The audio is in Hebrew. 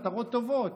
מטרות טובות.